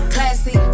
Classy